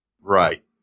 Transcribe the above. right